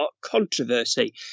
controversy